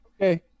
okay